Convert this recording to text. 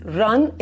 run